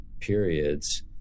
periods